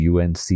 UNC